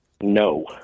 No